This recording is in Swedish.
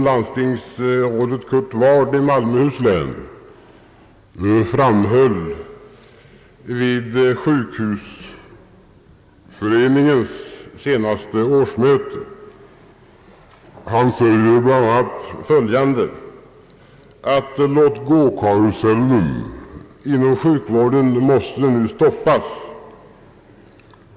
Landstingsrådet Kurt Ward i Malmöhus län framhöll vid Svenska sjukhusföreningens årsmöte för några dagar sedan bl.a. att låt-gå-karusellen måste stoppas.